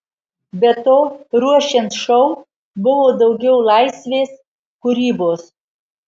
be to ruošiant šou buvo daugiau laisvės kūrybos